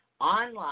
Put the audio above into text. online